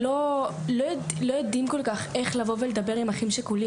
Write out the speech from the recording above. לא יודעים כל כך איך לבוא ולדבר עם אחים שכולים